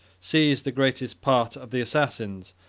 seized the greatest part of the assassins,